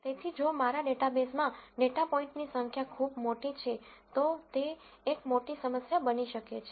તેથી જો મારા ડેટાબેઝમાં ડેટા પોઇન્ટની સંખ્યા ખૂબ મોટી છે તો તે એક મોટી સમસ્યા બની શકે છે